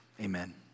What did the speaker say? amen